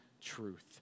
truth